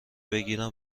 بگیرم